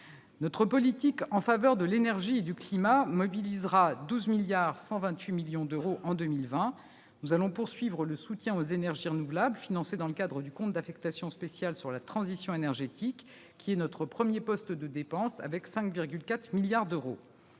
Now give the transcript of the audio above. notre politique en faveur de l'énergie et du climat mobilisera 12,128 milliards d'euros en 2020. Nous poursuivrons le soutien aux énergies renouvelables financé dans le cadre du compte d'affectation spéciale « Transition énergétique », notre premier poste de dépense avec 5,4 milliards d'euros.